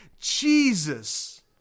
Jesus